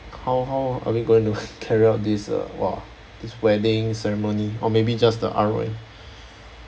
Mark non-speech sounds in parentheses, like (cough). how how are we going to (laughs) carry out this uh !wah! this wedding ceremony or maybe just the R_O_M